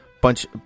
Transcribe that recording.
bunch